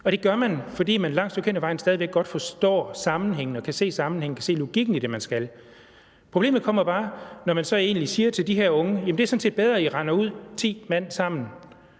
Og det gør man, fordi man et langt stykke hen ad vejen stadig væk godt forstår sammenhængen og kan se sammenhængen, kan se logikken i det, man skal. Problemet kommer bare, når man så egentlig siger til de her unge: Det er sådan set bedre, at I render ud ti mand sammen